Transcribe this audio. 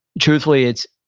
truthfully it's,